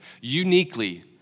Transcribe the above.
uniquely